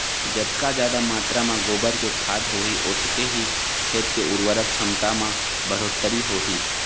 जतका जादा मातरा म गोबर के खाद होही ओतके ही खेत के उरवरक छमता म बड़होत्तरी होही